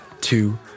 two